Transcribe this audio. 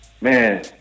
man